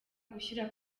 gushyira